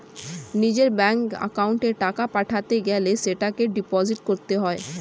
নিজের ব্যাঙ্ক অ্যাকাউন্টে টাকা পাঠাতে গেলে সেটাকে ডিপোজিট করতে হয়